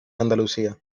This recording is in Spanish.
andalucía